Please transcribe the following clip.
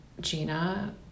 gina